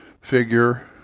figure